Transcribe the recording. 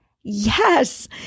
Yes